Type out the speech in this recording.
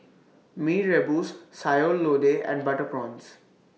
Mee Rebus Sayur Lodeh and Butter Prawns